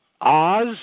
Oz